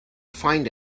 find